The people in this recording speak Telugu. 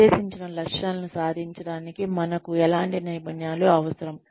నిర్దేశించిన లక్ష్యాలను సాధించడానికి మనకు ఎలాంటి నైపుణ్యాలు అవసరం